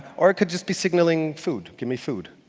or it could just be signaling food, give me food!